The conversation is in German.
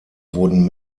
wurden